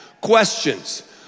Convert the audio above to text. questions